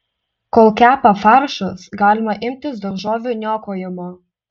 kol kepa faršas galima imtis daržovių niokojimo